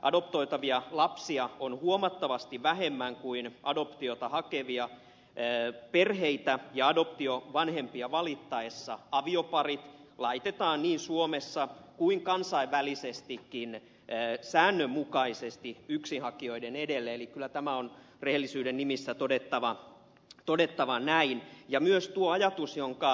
adoptoitavia lapsia on huomattavasti vähemmän kuin adoptiota hakevia perheitä ja adoptiovanhempia valittaessa avioparit laitetaan niin suomessa kuin kansainvälisestikin säännönmukaisesti yksinhakijoiden edelle eli kyllä tämä on rehellisyyden nimissä todettava näihin ja myös tuo ajatus näin